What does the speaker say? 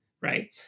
Right